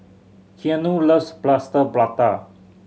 Keanu loves Plaster Prata